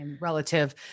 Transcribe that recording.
relative